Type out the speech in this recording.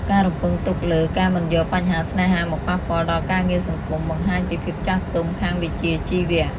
ការរំពឹងទុកលើ "ការមិនយកបញ្ហាស្នេហាមកប៉ះពាល់ដល់ការងារសង្គម" បង្ហាញពីភាពចាស់ទុំខាងវិជ្ជាជីវៈ។